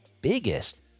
biggest